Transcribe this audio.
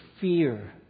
fear